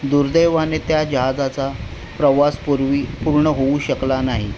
दुर्दैवाने त्या जहाजाचा प्रवास पूर्वी पूर्ण होऊ शकला नाही